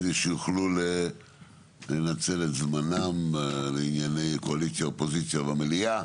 כדי שיוכלו לנצל את זמנם לענייני קואליציה-אופוזיציה במליאה.